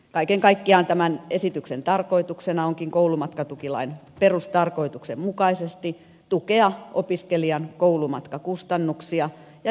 kaiken kaikkiaan tämän esityksen tarkoituksena onkin koulumatkatukilain perustarkoituksen mukaisesti tukea opiskelijan koulumatkakustannuksia ja joukkoliikenteen järjestämistä